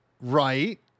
right